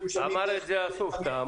אמר את זה אסופתא.